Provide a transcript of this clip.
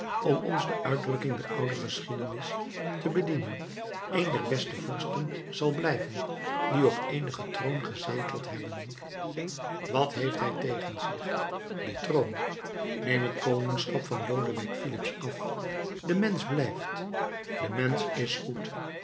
om ons van de uitdrukking der oude geschiedenis te bedienen een der beste vorsten zal blijven die op eenigen troon gezeteld hebben wat heeft hij tegen zich die troon neem het koningschap van lodewijk filips af de mensch blijft de mensch is goed